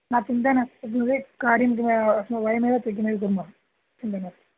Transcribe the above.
न चिन्ता नास्ति तद्वद् कार्यं वयमेव प्रतिदिनं कुर्मः चिन्ता नास्ति